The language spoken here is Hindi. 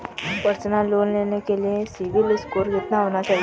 पर्सनल लोंन लेने के लिए सिबिल स्कोर कितना होना चाहिए?